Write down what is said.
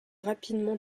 rapidement